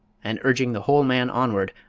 and urging the whole man onward,